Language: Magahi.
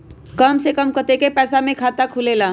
कम से कम कतेइक पैसा में खाता खुलेला?